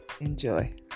Enjoy